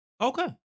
Okay